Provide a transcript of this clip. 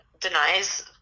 denies